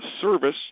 service